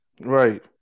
Right